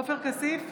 עופר כסיף,